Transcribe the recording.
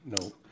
No